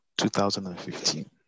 2015